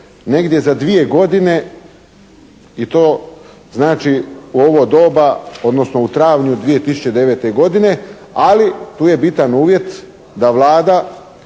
negdje za dvije godine i to znači, u ovo doba odnosno u travnju 2009. godine. Ali tu je bitan uvjet da Vlada